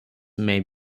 may